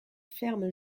ferme